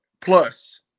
plus